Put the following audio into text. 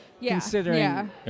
considering